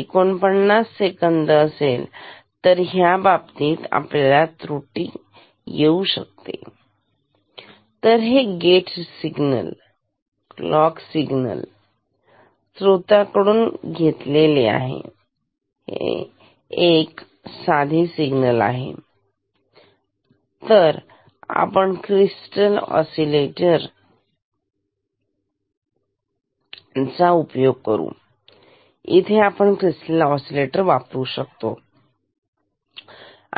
49 second असेल तर ह्या बाबतीत आपल्याला त्रुटी येऊ शकते तर हे गेट सिग्नल क्लॉक स्त्रोताचा कडून घेतलेले साधे सिग्नल आहे तर आपण क्रिस्टल ओसिलेंटर वापरू शकतो